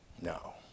No